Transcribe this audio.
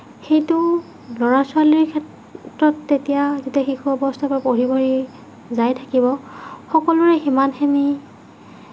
সেইটো ল'ৰা ছোৱালীৰ ক্ষেত্ৰত তেতিয়া গোটেই শিশু অৱস্থাৰ পৰা পঢ়ি পঢ়ি যাই থাকিব সকলোৰে সিমানখিনি